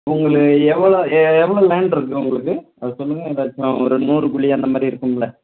உங்களுது எவ்வளோ ஏ எவ்வளோ லேண்ட்டிருக்கு உங்களுக்கு அதை சொல்லுங்கள் ஏதாச்சும் ஒரு நூறு குழி அந்தமாதிரி இருக்கும்லே